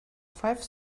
five